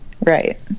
Right